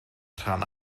rhan